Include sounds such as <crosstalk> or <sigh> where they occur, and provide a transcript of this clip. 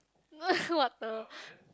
<noise> what the